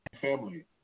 family